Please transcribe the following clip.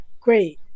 great